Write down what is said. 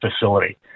facility